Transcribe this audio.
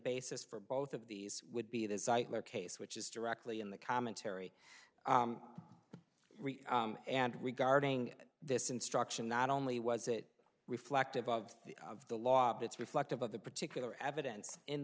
basis for both of these would be the cite their case which is directly in the commentary and regarding this instruction not only was it reflective of the law it's reflective of the particular evidence in